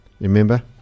Remember